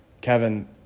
Kevin